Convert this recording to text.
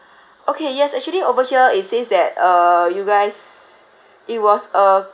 okay yes actually over here it says that uh you guys it was a